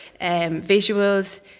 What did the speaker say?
visuals